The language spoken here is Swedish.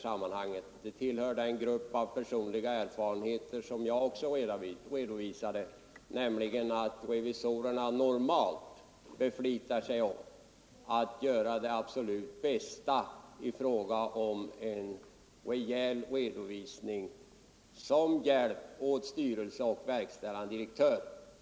Sådana saker ingår dock i de personliga erfarenheter som jag också redovisade, nämligen att revisorerna normalt beflitar sig om att göra sitt absolut bästa för att åstadkomma en rejäl redovisning som hjälp åt styrelse och verkställande direktör.